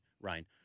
rain